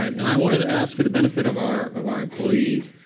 and i wanted to ask, for the benefit of our of our employees,